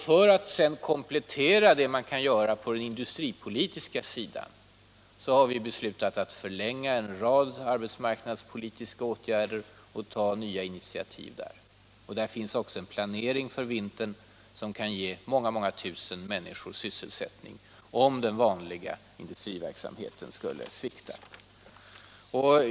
För att komplettera vad man kan göra på den industripolitiska sidan, har vi beslutat att förlänga en rad arbetsmarknadspolitiska åtgärder och ta nya initiativ på det området. Det finns också en planering för vintern som kan ge många tusen människor sysselsättning om den vanliga industriverksamheten skulle svikta.